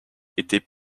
étaient